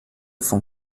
von